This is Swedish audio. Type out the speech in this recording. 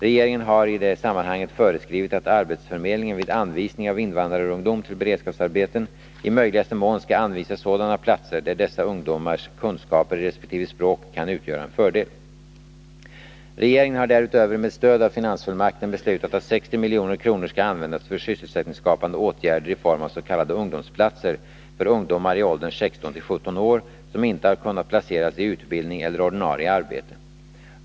Regeringen har i det sammanhanget föreskrivit att arbetsförmedlingen vid anvisning av invandrarungdom till beredskapsarbeten i möjligaste mån skall anvisa sådana platser där dessa ungdomars kunskaper i resp. språk kan utgöra en fördel. Regeringen har därutöver med stöd av finansfullmakten beslutat att 60 milj.kr. skall användas för sysselsättningsskapande åtgärder i form av s.k. ungdomsplatser för ungdomar i åldern 16-17 år som inte har kunnat placeras i utbildning eller ordinarie arbete.